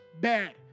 bad